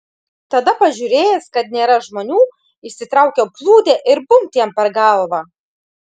tada pažiūrėjęs kad nėra žmonių išsitraukiau plūdę ir bumbt jam per galvą